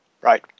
Right